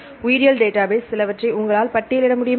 உயிரியல் டேட்டாபேஸ் சிலவற்றை உங்களால் பட்டியலிட முடியுமா